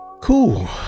Cool